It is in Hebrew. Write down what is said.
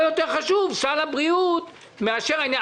יותר חשוב סל הבריאות מאשר העניין הזה?